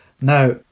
Now